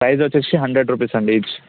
praise వచ్చేసి hundred rupees అండి each